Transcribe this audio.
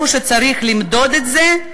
במקום שצריך למדוד את זה,